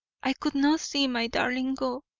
i could not see my darling go